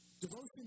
Devotion